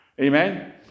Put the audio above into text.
Amen